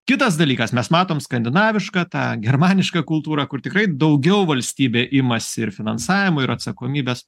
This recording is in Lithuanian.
kitas dalykas mes matom skandinavišką tą germanišką kultūrą kur tikrai daugiau valstybė imasi ir finansavimo ir atsakomybės